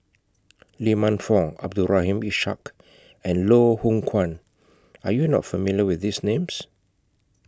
Lee Man Fong Abdul Rahim Ishak and Loh Hoong Kwan Are YOU not familiar with These Names